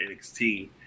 NXT